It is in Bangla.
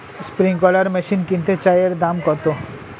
স্প্রিংকলার মেশিন কিনতে চাই এর দাম কত?